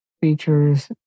features